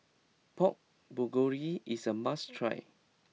Pork Bulgogi is a must try